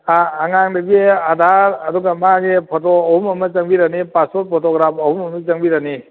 ꯑꯥ ꯑꯉꯥꯡꯗꯨꯒꯤ ꯑꯥꯗꯥꯔ ꯑꯗꯨꯒ ꯃꯥꯒꯤ ꯐꯣꯇꯣ ꯑꯍꯨꯝ ꯑꯃ ꯆꯪꯕꯤꯔꯅꯤ ꯄꯥꯁꯄꯣꯠ ꯐꯣꯇꯣꯒ꯭ꯔꯥꯝ ꯑꯍꯨꯝ ꯑꯃ ꯆꯪꯕꯤꯔꯅꯤ